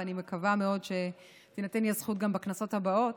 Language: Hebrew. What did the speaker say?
ואני מקווה מאוד שתינתן לי הזכות גם בכנסות הבאות.